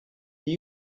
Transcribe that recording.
are